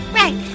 right